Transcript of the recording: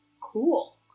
Cool